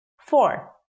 four